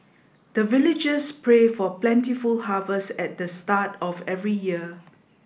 the villagers pray for plentiful harvest at the start of every year